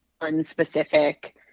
unspecific